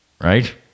right